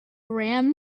ram